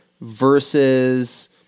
versus